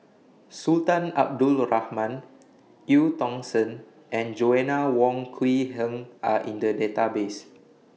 Sultan Abdul Rahman EU Tong Sen and Joanna Wong Quee Heng Are in The Database